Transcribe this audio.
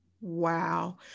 Wow